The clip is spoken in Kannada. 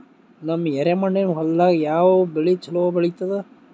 ನಮ್ಮ ಎರೆಮಣ್ಣಿನ ಹೊಲದಾಗ ಯಾವ ಬೆಳಿ ಚಲೋ ಬೆಳಿತದ?